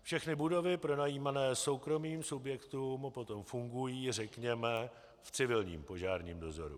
Všechny budovy pronajímané soukromým subjektům potom fungují, řekněme, v civilním požárním dozoru.